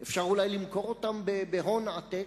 שאולי אפשר למכור אותן בהון עתק,